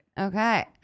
Okay